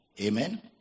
Amen